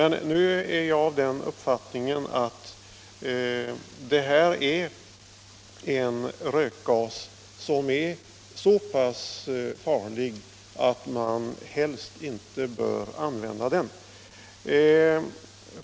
Nu har jag emellertid den uppfattningen att det här är en rökgas som är så pass farlig att den helst inte bör användas.